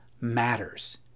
matters